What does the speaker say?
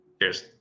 Cheers